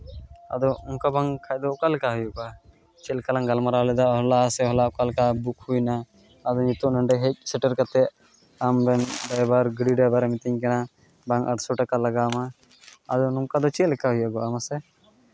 ᱟᱫᱚ ᱚᱱᱠᱟ ᱵᱟᱝᱠᱷᱟᱱ ᱫᱚ ᱚᱠᱟ ᱞᱮᱠᱟ ᱦᱩᱭᱩᱜᱼᱟ ᱪᱮᱫ ᱞᱮᱠᱟ ᱞᱟᱝ ᱜᱟᱞᱢᱟᱨᱟᱣ ᱞᱮᱫᱟ ᱦᱚᱞᱟ ᱥᱮ ᱦᱚᱞᱟ ᱚᱠᱟ ᱞᱮᱠᱟ ᱵᱩᱠ ᱦᱩᱭᱮᱱᱟ ᱟᱫᱚ ᱱᱤᱛᱚᱜ ᱱᱚᱰᱮ ᱦᱮᱡ ᱥᱮᱴᱮᱨ ᱠᱟᱛᱮᱫ ᱟᱢᱨᱮᱱ ᱰᱨᱟᱭᱵᱷᱟᱨ ᱜᱟᱹᱰᱤ ᱰᱨᱟᱭᱵᱷᱟᱨᱮ ᱢᱤᱛᱟᱹᱧ ᱠᱟᱱᱟ ᱵᱟᱝ ᱟᱴᱥᱚ ᱴᱟᱠᱟ ᱞᱟᱜᱟᱣᱢᱟ ᱟᱫᱚ ᱱᱚᱝᱠᱟ ᱫᱚ ᱪᱮᱫ ᱞᱮᱠᱟ ᱦᱩᱭᱩᱜᱼᱟ ᱢᱟᱥᱮ